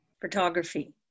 Photography